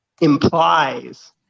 implies